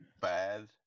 bad